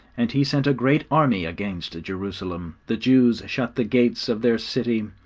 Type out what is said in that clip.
and he sent a great army against jerusalem. the jews shut the gates of their city,